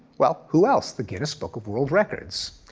well, who else? the guinness book of world records.